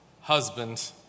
husband